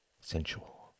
sensual